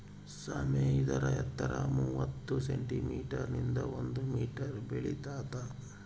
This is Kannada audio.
ಸಾಮೆ ಇದರ ಎತ್ತರ ಮೂವತ್ತು ಸೆಂಟಿಮೀಟರ್ ನಿಂದ ಒಂದು ಮೀಟರ್ ಬೆಳಿತಾತ